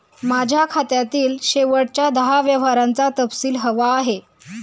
माझ्या खात्यातील शेवटच्या दहा व्यवहारांचा तपशील हवा आहे